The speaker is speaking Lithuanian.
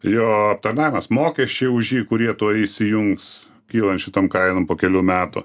jo aptarnavimas mokesčiai už jį kurie tuoj įsijungs kylant šitom kainom po kelių metų